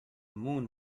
moon